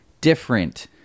different